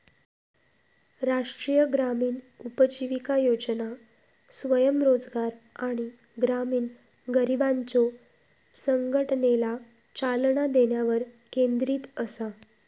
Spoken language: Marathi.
राष्ट्रीय ग्रामीण उपजीविका योजना स्वयंरोजगार आणि ग्रामीण गरिबांच्यो संघटनेला चालना देण्यावर केंद्रित असा